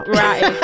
right